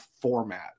format